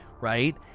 right